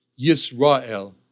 Yisrael